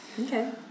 Okay